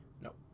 Nope